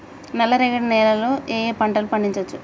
నల్లరేగడి నేల లో ఏ ఏ పంట లు పండించచ్చు?